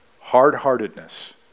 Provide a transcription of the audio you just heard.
hard-heartedness